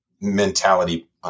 mentality